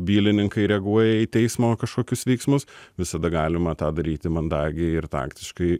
bylininkai reaguoja į teismo kažkokius veiksmus visada galima tą daryti mandagiai ir taktiškai